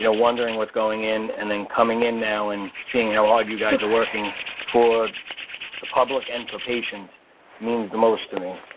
you know wondering what's going in, and then coming in now and seeing how hard you guys are working for the public and for patients means the most to me.